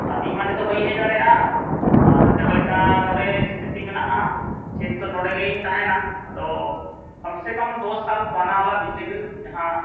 ᱟᱨ ᱤᱧᱢᱟ ᱱᱤᱛᱳᱜ ᱵᱟᱹᱧ ᱦᱮᱡ ᱫᱟᱲᱮᱭᱟᱜᱼᱟ ᱟᱨ ᱡᱟᱦᱟᱸ ᱞᱮᱠᱟ ᱱᱚᱰᱮ ᱥᱛᱷᱤᱛᱤ ᱢᱮᱱᱟᱜᱼᱟ ᱪᱮᱫ ᱱᱤᱛᱳᱜ ᱱᱚᱰᱮᱜᱮᱧ ᱛᱟᱦᱮᱱᱟ ᱟᱫᱚ ᱠᱚᱢ ᱥᱮ ᱠᱟᱢ ᱫᱚᱥ ᱥᱟᱞ ᱯᱩᱨᱟᱱᱟᱵᱟᱞᱟ ᱵᱤᱡᱽᱞᱤ ᱵᱤᱞ ᱡᱟᱦᱟᱸ